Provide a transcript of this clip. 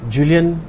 Julian